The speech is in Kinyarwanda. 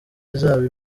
izaba